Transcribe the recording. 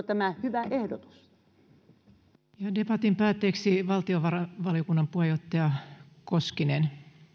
tämä hyvä ehdotus ja debatin päätteeksi valtiovarainvaliokunnan puheenjohtaja koskinen